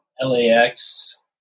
LAX